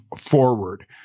forward